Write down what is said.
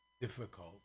difficult